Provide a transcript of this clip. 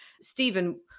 Stephen